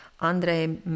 Andre